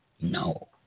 no